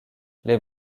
les